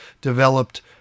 developed